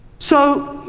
so,